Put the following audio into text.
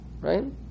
right